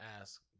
ask